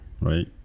right